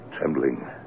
trembling